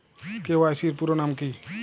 KYC এর পুরোনাম কী?